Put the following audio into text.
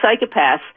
psychopaths